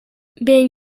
being